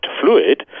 fluid